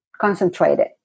concentrated